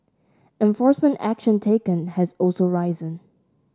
enforcement action taken has also risen